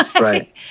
right